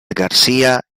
garcia